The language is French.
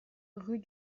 rue